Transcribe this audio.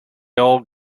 all